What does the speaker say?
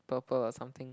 purple or something